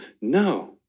No